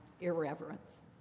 irreverence